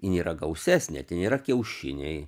jin yra gausesnė ten yra kiaušiniai